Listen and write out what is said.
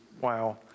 wow